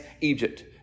Egypt